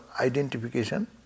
identification